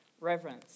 reverence